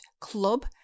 club